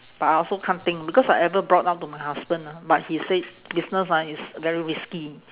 but I also can't think because I ever brought up to my husband ah but he said business ah is very risky